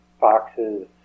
foxes